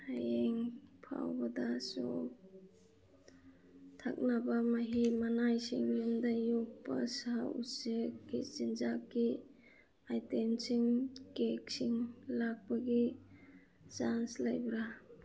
ꯍꯌꯦꯡ ꯐꯥꯎꯕꯗ ꯁꯣꯐ ꯊꯛꯅꯕ ꯃꯍꯤ ꯃꯅꯥꯏꯁꯤꯡ ꯌꯨꯝꯗ ꯌꯣꯛꯄ ꯁꯥ ꯎꯆꯦꯛꯀꯤ ꯆꯤꯟꯖꯥꯛꯀꯤ ꯑꯥꯏꯇꯦꯝꯁꯤꯡ ꯀꯦꯛꯁꯤꯡ ꯂꯥꯛꯄꯒꯤ ꯆꯥꯡꯁ ꯂꯩꯕ꯭ꯔꯥ